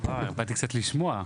באתי קצת לשמוע.